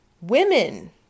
women